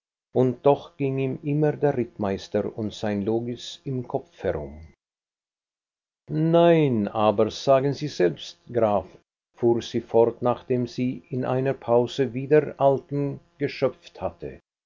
und doch ging ihm immer der rittmeister und sein logis im kopf herum nein aber sagen sie selbst graf fuhr sie fort nachdem sie in einer pause wieder altem geschöpft hatte